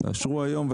תאשרו היום.